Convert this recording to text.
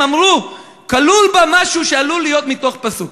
אמרו כלול בה משהו שעלול להיות מתוך פסוק.